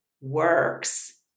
works